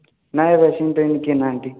ନାଇଁ ଭାଇ ସେମିତି ଏଇନେ କେହି ନାହାଁନ୍ତି